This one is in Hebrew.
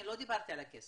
אני לא דיברתי על הכסף,